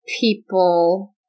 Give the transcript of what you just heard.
people